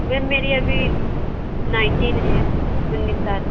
ma'am मेरी अभी nineteen हैं उन्नीस साल